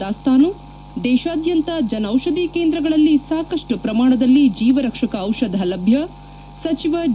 ದಾಸ್ತಾನು ದೇಶಾದ್ಯಂತ ಜನೌಷಧಿ ಕೇಂದ್ರಗಳಲ್ಲಿ ಸಾಕಷ್ಟು ಪ್ರಮಾಣದಲ್ಲಿ ಜೀವರಕ್ಷಕ ಡಿಷಧ ಲಭ್ಯ ಸಚಿವ ಡಿ